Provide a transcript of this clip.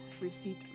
received